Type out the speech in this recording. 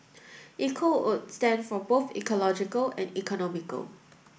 eco would stand for both ecological and economical